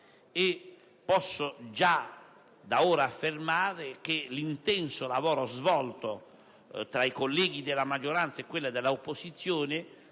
e posso già da ora affermare che l'intenso lavoro svolto tra i colleghi della maggioranza e quelli dell'opposizione